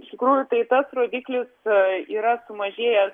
iš tikrųjų tai tas rodyklis yra sumažėjęs